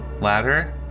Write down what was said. ladder